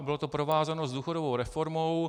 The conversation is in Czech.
Bylo to provázáno s důchodovou reformou.